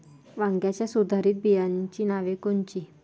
वांग्याच्या सुधारित बियाणांची नावे कोनची?